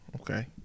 okay